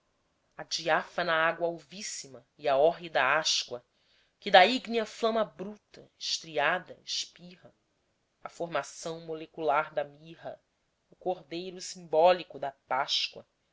a diáfana água alvíssima e a hórrida áscua que da ígnea flama bruta estriada espirra a formação molecular da mirra o cordeiro simbólico da páscoa